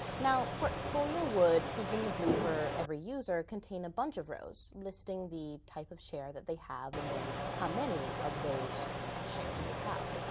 now portfolio would, presumably for every user, contain a bunch of rows listing the type of share that they have, and then how many of those shares they have.